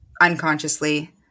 unconsciously